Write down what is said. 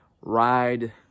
Ride